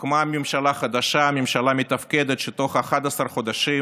הוקמה ממשלה חדשה, ממשלה מתפקדת, שתוך 11 חודשים